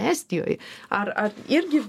estijoj ar ar irgi